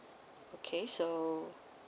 okay so